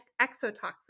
exotoxin